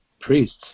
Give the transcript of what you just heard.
priests